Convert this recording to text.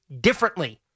differently